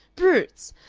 brutes!